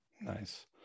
nice